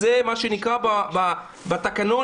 לפי התקנון,